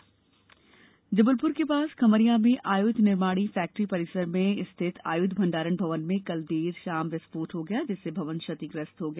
आयुध फैक्ट्री जबलपूर के पास खमरिया में आयुध निर्माणी फैक्ट्री परिसर में स्थित आयुद्ध भंडारण भवन में कल देर शाम विस्फोट हो गया जिससे भवन क्षतिग्रस्त हो गया